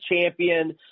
champion